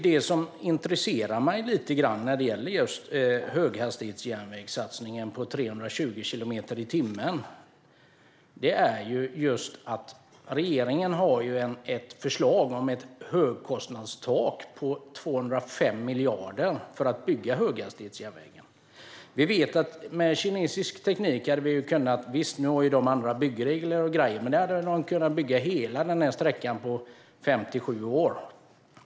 Det som intresserar mig lite grann när det gäller höghastighetsjärnvägssatsningen på 320 kilometer i timmen är att regeringen har ett förslag på ett högkostnadstak på 205 miljarder för att bygga höghastighetsjärnvägen. Nu har de visserligen andra byggregler, men vi vet att vi med kinesisk teknik hade kunnat bygga hela denna sträcka på 5-7 år.